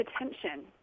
attention